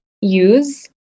use